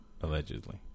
allegedly